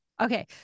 Okay